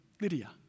Lydia